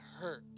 hurt